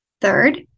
Third